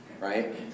right